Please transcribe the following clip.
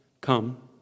come